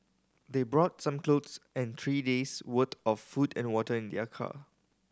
they brought some clothes and three days worth of food and water in their car